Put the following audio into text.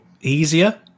easier